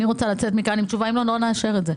אם לא נקבל תשובה, לא נאשר את זה.